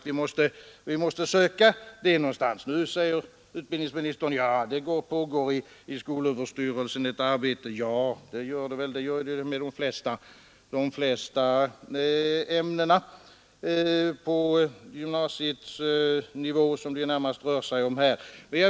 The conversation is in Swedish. Vi måste söka det någonstans. Nu säger utbildningsministern att det pågår ett arbete i skolöverstyrelsen. Ja, det gör det väl när det gäller de flesta ämnen på gymnasienivå — som det närmast rör sig om här.